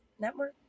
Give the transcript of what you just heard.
Network